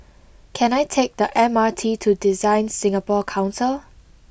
can I take the M R T to DesignSingapore Council